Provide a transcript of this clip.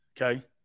Okay